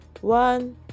One